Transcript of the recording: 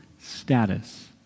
status